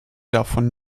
davon